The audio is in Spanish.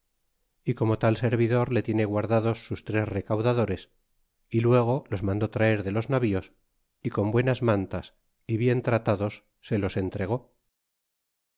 y como tal servidor le tiene guardados sus tres recaudadores y luego los mandó traer de los navies y con buenas mantas y bien tratados se los entregó